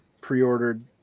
pre-ordered